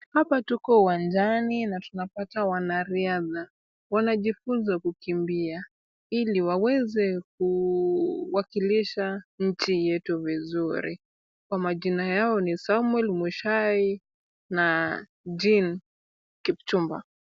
Hapa tuko uwanjani na tunapata wanariadha. Wanajifunza kukimbia ili waweze kuwakilisha nchi yetu vizuri. Kwa majina yao ni Samuel Muchai na Jean Kipchumba.